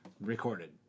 recorded